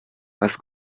was